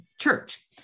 church